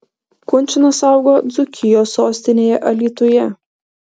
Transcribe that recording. kunčinas augo dzūkijos sostinėje alytuje